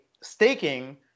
staking